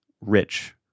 rich